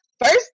First